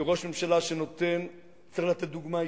כראש ממשלה שצריך לתת דוגמה אישית,